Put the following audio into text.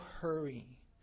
hurry